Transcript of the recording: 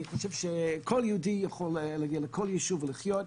אני חושב שכל יהודי יכול להגיע לכל יישוב ולחיות,